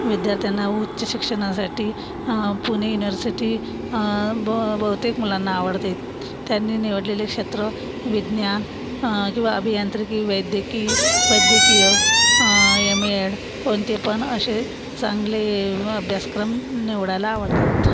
विद्यार्थ्यांना उच्च शिक्षणासाठी पुणे यूनिवर्सिटी ब बहुतेक मुलांना आवडते त्यांनी निवडलेले क्षेत्र विज्ञान किंवा अभियांत्रिकी वैद्यकी वैद्यकीय यम एड कोणते पण असे चांगले अभ्यासक्रम निवडायला आवडतात